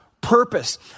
purpose